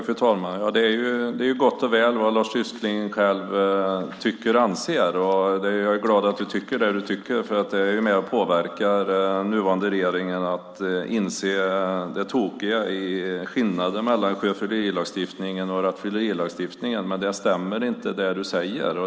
Fru talman! Det är gott och väl, det som Lars Tysklind själv tycker och anser. Jag är glad att du tycker det som du tycker. Det kan ju påverka den nuvarande regeringen så att den inser det tokiga i skillnaden mellan sjöfyllerilagstiftningen och rattfyllerilagstiftningen. Men det du säger stämmer inte.